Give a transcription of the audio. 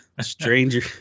Stranger